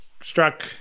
struck